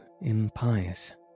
impious